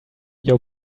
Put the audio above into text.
your